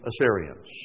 Assyrians